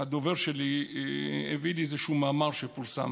הדובר שלי הביא לי איזשהו מאמר שפורסם,